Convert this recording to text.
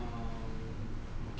okay lah semoga